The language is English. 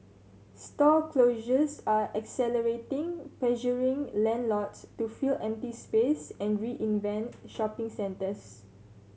store closures are accelerating pressuring landlords to fill empty space and reinvent shopping centres